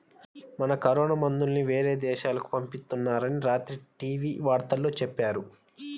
మన కరోనా మందుల్ని యేరే దేశాలకు పంపిత్తున్నారని రాత్రి టీవీ వార్తల్లో చెప్పారు